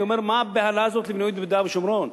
מה הבהלה הזאת לבנות ביהודה ושומרון?